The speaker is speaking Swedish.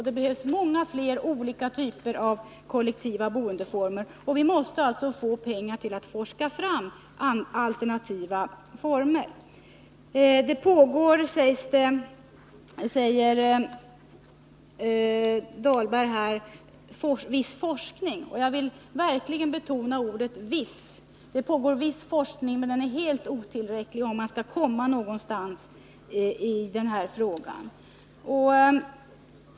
Det behövs många fler typer av kollektiva boendeformer, och vi måste alltså få ihop pengar till att forska fram alternativa former. Det pågår, säger Rolf Dahlberg, viss forskning. Ja, jag vill verkligen betona ordet viss. Det pågår viss forskning, men den är helt otillräcklig om man skall komma någonstans i den här frågan.